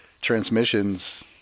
transmissions